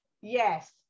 Yes